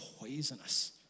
poisonous